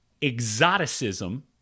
exoticism